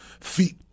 feet